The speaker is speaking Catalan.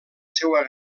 seua